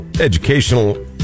Educational